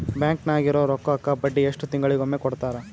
Bank ನಾಗಿರೋ ರೊಕ್ಕಕ್ಕ ಬಡ್ಡಿ ಎಷ್ಟು ತಿಂಗಳಿಗೊಮ್ಮೆ ಕೊಡ್ತಾರ?